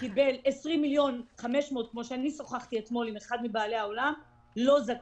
קיבל 20 מיליון וחמש מאות שקל, הוא לא זכאי.